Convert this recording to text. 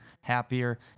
happier